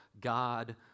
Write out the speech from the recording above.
God